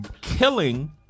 killing